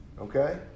Okay